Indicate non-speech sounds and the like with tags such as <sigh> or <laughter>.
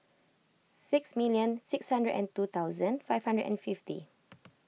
six million six hundred and two thousand five hundred and fifty <noise>